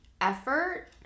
effort